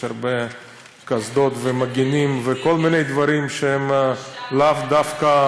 יש הרבה קסדות ומגינים וכל מיני דברים שהם לאו דווקא,